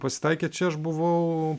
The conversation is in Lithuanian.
pasitaikė čia aš buvau